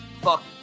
Fuck